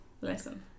listen